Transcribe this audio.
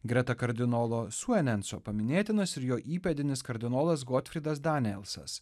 greta kardinolo seunenso paminėtinas ir jo įpėdinis kardinolas gotfrydas danielsas